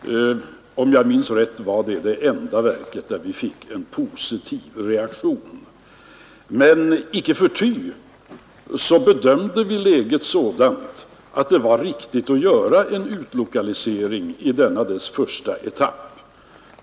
Om jag minns rätt var det det enda verket där vi fick en positiv reaktion. Icke förty bedömde vi emellertid läget sådant, att det var riktigt att göra en utlokalisering i denna första etapp.